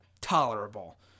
tolerable